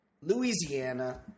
Louisiana